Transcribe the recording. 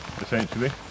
essentially